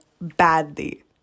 badly